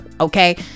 Okay